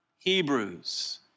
Hebrews